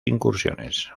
incursiones